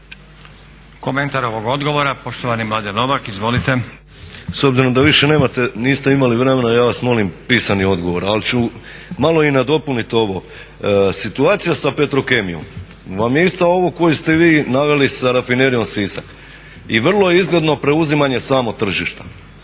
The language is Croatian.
Komentar ovog odgovora, poštovani Mladen Novak. Izvolite. **Novak, Mladen (Nezavisni)** S obzirom da više niste imali vremena ja vas molim pisani odgovor. Ali ću malo i nadopuniti ovo. Situacija sa Petrokemijom vam je ista ova koju ste vi naveli sa Rafinerijom Sisak i vrlo je izgledno preuzimanje samog tržišta.